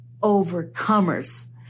overcomers